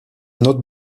not